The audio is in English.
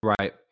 Right